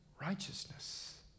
righteousness